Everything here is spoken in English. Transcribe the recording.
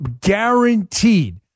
Guaranteed